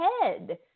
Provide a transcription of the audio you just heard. head